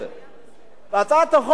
בהצעת החוק שלי אני מציע,